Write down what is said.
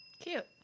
Cute